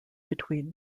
between